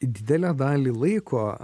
didelę dalį laiko